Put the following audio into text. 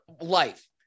life